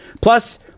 Plus